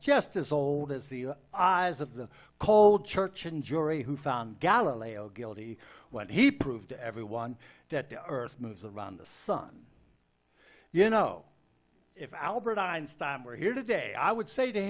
just as old as the eyes of the cold church and jury who found galileo guilty when he proved to everyone that the earth moves around the sun you know if al brit einstein were here today i would say to